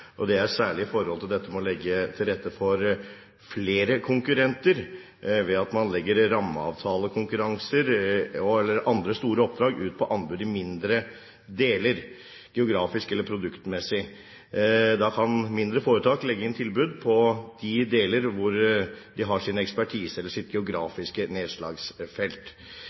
Folkeparti og Venstre, særlig med hensyn til å legge til rette for flere konkurrenter ved at man legger rammeavtalekonkurranser og andre store oppdrag ut på anbud i mindre deler, geografisk eller produktmessig. Da kan mindre foretak legge inn tilbud på de deler der de har sin ekspertise, eller sitt geografiske nedslagsfelt.